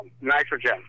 Nitrogen